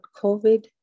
COVID